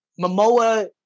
Momoa